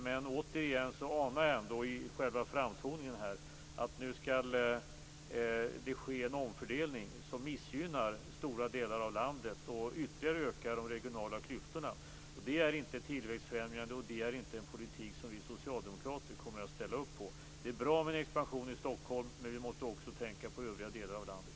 Men jag anar ändå i själva framtoningen här att det skall ske en omfördelning som missgynnar stora delar av landet och ytterligare ökar de regionala klyftorna. Det är inte tillväxtfrämjande, och det är inte en politik som vi socialdemokrater kommer att ställa upp på. Det är bra med en expansion i Stockholm, men vi måste också tänka på övriga delar av landet.